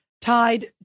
tied